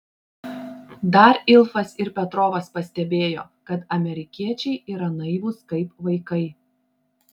dar ilfas ir petrovas pastebėjo kad amerikiečiai yra naivūs kaip vaikai